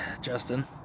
Justin